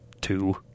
two